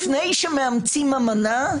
לפני שמאמצים אמנה,